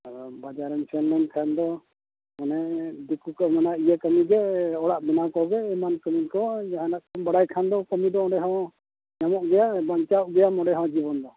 ᱟᱫᱚ ᱵᱟᱡᱟᱨᱮᱢ ᱥᱮᱱ ᱞᱮᱱᱠᱷᱟᱱ ᱫᱚ ᱢᱟᱱᱮ ᱫᱤᱠᱩᱠᱚ ᱢᱮᱱᱟ ᱤᱭᱟᱹ ᱠᱟᱹᱢᱤ ᱜᱮ ᱚᱲᱟᱜ ᱵᱮᱱᱟᱣ ᱠᱚᱜᱮ ᱮᱢᱟᱱ ᱠᱟᱹᱢᱤ ᱠᱚ ᱡᱟᱦᱟᱱᱟᱜ ᱠᱚᱢ ᱵᱟᱲᱟᱭ ᱠᱷᱟᱱ ᱫᱚ ᱠᱟᱹᱢᱤ ᱫᱚ ᱚᱸᱰᱮ ᱦᱚᱸ ᱧᱟᱢᱚᱜ ᱜᱮᱭᱟ ᱵᱟᱧᱪᱟᱣᱜ ᱜᱮᱭᱟᱢ ᱚᱸᱰᱮ ᱦᱚᱸ ᱡᱤᱵᱚᱱ ᱫᱚ